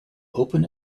open